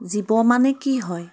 জীৱ মানে কি হয়